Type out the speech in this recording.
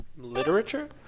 Literature